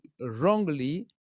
wrongly